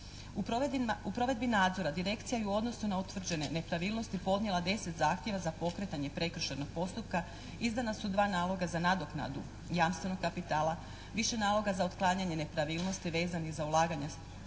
U provedbi nadzora direkcija je u odnosu na neutvrđene nepravilnosti podnijela 10 zahtjeva za pokretanje prekršajnog postupka izdana su 2 naloga za nadoknadu jamstvenog kapitala, više naloga za otklanjanje nepravilnosti vezani za ulaganje sredstava